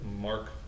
Mark